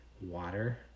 water